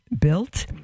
built